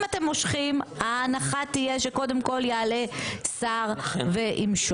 אם אתם מושכים ההנחה תהיה שקודם כול יעלה שר וימשוך.